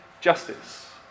justice